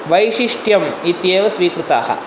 वैशिष्ट्यम् इत्येव स्वीकृताः